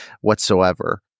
whatsoever